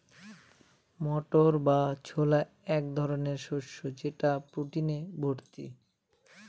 মটর বা ছোলা এক ধরনের শস্য যেটা প্রোটিনে ভর্তি